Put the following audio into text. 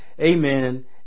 amen